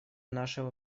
нашего